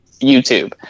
YouTube